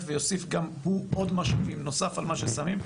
ויוסיף גם הוא עוד משאבים נוסף על מה ששמים,